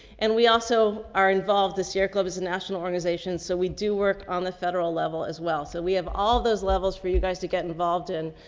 and we also are involved. the sierra club is a national organization, so we do work on the federal level as well. so we have all those levels for you guys to get involved in.